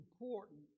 important